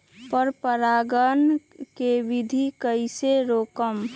पर परागण केबिधी कईसे रोकब?